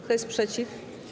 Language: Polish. Kto jest przeciw?